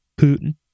Putin